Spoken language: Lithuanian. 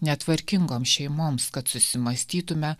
netvarkingoms šeimoms kad susimąstytume